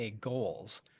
goals